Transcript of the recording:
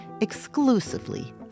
exclusively